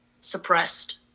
suppressed